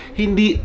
hindi